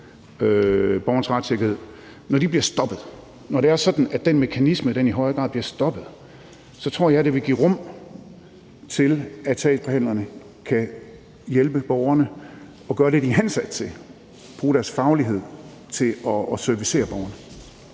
borgerens retssikkerhed, bliver stoppet – når det er sådan, at den mekanisme i højere grad bliver stoppet – vil det give rum til, at sagsbehandlerne kan hjælpe borgerne og gøre det, de er ansat til, bruge deres faglighed til at servicere borgerne.